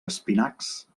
espinacs